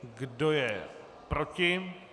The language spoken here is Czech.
Kdo je proti?